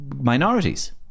minorities